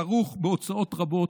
כרוך בהוצאות רבות,